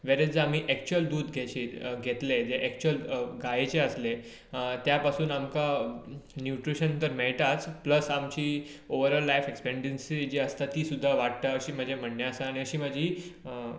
वेरेज जर आमी एकच्यीअल दूद घेयशीत घेतले जर गायेचे आसले त्या पासून तर आमकां न्यूट्रिशन तर मेळटाच प्लस आमची ओवरोल लायफ एक्सपेकटेन्सी जी आसता ती सुदा वाडटा अशीं माजी म्हणे आसा आनी अशी म्हजी